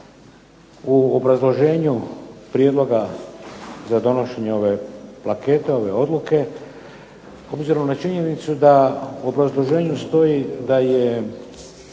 u obrazloženju prijedloga za donošenje ove plakete, ove odluke, obzirom na činjenicu da u obrazloženju stoji da je